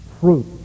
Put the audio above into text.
Fruit